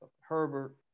Herbert